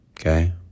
okay